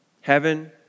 Heaven